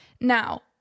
now